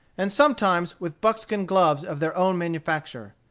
and sometimes with buckskin gloves of their own manufacture.